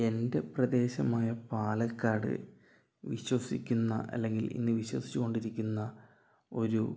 എൻ്റെ പ്രദേശമായ പാലക്കാട് വിശ്വസിക്കുന്ന അല്ലെങ്കിൽ ഇന്ന് വിശ്വസിച്ച് കൊണ്ടിരിക്കുന്ന ഒരു